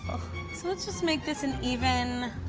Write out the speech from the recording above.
so let's just make this an even